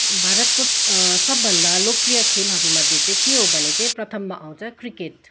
भारतको सबभन्दा लोकप्रिय खेलहरूमध्ये चाहिँ के हो भने चाहिँ प्रथममा आउँछ क्रिकेट